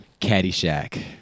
Caddyshack